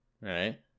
right